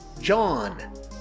John